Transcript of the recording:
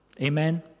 Amen